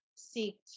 Seek